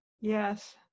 Yes